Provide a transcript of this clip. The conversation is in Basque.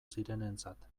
zirenentzat